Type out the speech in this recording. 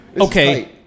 Okay